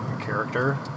character